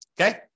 Okay